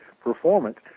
performance